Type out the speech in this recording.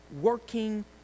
working